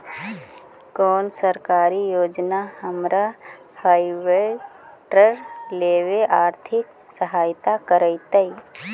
कोन सरकारी योजना हमरा हार्वेस्टर लेवे आर्थिक सहायता करतै?